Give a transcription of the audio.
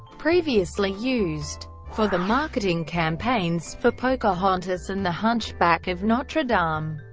previously used for the marketing campaigns for pocahontas and the hunchback of notre dame,